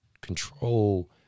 Control